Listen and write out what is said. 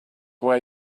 where